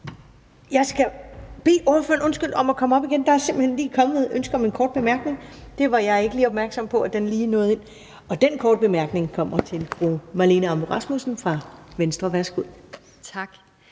Jeg skal bede ordføreren om at komme op på talerstolen igen, for der er simpelt hen lige kommet et ønske om en kort bemærkning. Jeg var ikke lige opmærksom på, at den lige kom ind. Den korte bemærkning er fra fru Marlene Ambo-Rasmussen fra Venstre. Værsgo. Kl.